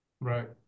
Right